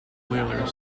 wheeler